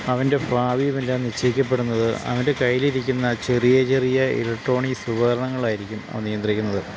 അവൻ്റെ ഭാവിയുമെല്ലാം നിശ്ചയിക്കപ്പെടുന്നത് അവന്റെ കയ്യിലിരിക്കുന്ന ചെറിയ ചെറിയ ഇലക്ട്രോണിക് ഉപകരണങ്ങളായിരിക്കും അതു നിയന്ത്രിക്കുന്നത്